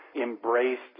embraced